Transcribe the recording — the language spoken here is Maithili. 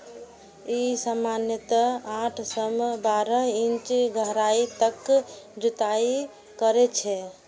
ई सामान्यतः आठ सं बारह इंच गहराइ तक जुताइ करै छै